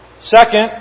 Second